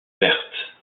vertes